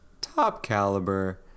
top-caliber